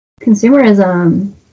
Consumerism